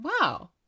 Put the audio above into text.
Wow